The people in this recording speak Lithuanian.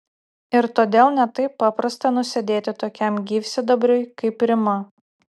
ir todėl ne taip paprasta nusėdėti tokiam gyvsidabriui kaip rima